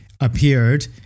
appeared